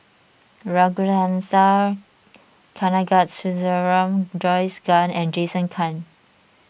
Ragunathar Kanagasuntheram Joyce Fan and Jason Chan